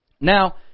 Now